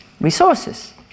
resources